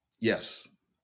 Yes